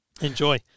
Enjoy